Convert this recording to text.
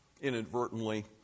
inadvertently